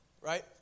right